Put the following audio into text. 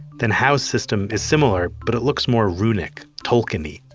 then howe's system is similar, but it looks more runic, tolkien-y,